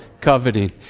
coveting